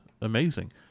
amazing